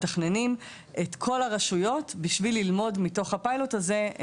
מתכננים את כל הרשויות בשביל ללמוד מתוך הפיילוט הזה.